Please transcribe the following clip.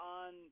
on